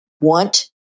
want